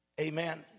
Amen